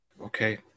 okay